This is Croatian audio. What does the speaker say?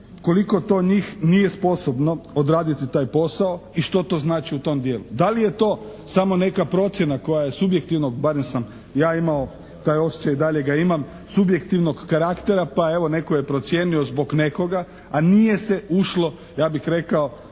koliko to njih nije sposobno odraditi taj posao i što to znači u tom dijelu. Da li je to samo neka procjena koja je subjektivno, barem sam ja imao taj osjećaj i dalje ga imam, subjektivnog karaktera pa evo netko je procijenio zbog nekoga, a nije se ušlo ja bih rekao